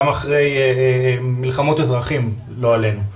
גם אחרי מלחמות אזרחים לא עלינו.